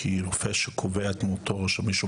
כי מגיע רופא שקובע את מותו ובודק